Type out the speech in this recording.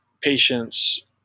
patients